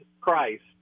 Christ